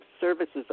services